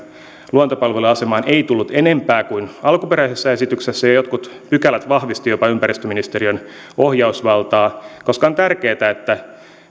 luontopalvelujen asemaan ei tullut enempää kuin alkuperäisessä esityksessä ja jotkut pykälät vahvistivat jopa ympäristöministeriön ohjausvaltaa koska on tärkeätä että